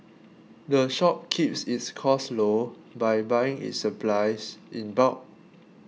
the shop keeps its costs low by buying its supplies in bulk